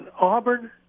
Auburn